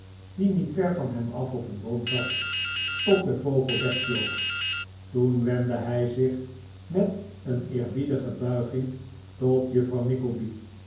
die niet ver van hem af op een boom zat tot de vogel wegvloog toen wendde hij zich met een eerbiedige buiging tot juffrouw